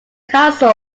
castle